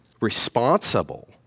responsible